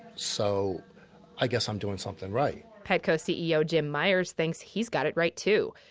so i guess i'm doing something right petco ceo jim myers thinks he's got it right, too.